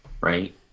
right